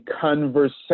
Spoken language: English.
conversation